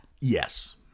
Yes